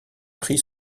prit